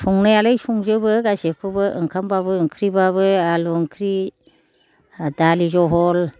संनायालाय संजोबो गासिखौबो ओंखामबाबो ओंख्रिबाबो आलु ओंख्रि दालि जहल